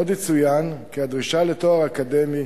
עוד יצוין כי הדרישה לתואר אקדמי